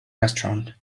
restaurant